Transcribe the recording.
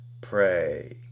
pray